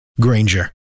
Granger